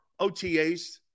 OTAs